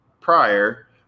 prior